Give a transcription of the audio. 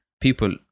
people